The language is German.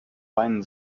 weinen